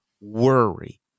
worry